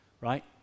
right